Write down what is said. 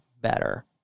better